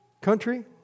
country